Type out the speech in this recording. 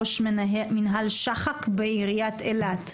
ראש מינהל שח"ק בעיריית אילת.